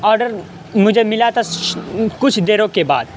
order مجھے ملا تھا کچھ دیروں کے بعد